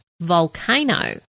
volcano